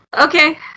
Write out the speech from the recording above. okay